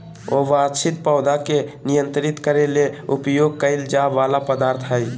अवांछित पौधा के नियंत्रित करे ले उपयोग कइल जा वला पदार्थ हइ